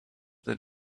that